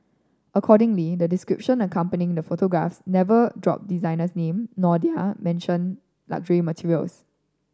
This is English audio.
accordingly the description accompanying the photographs never drop designers name nor they are mention luxury materials